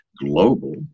global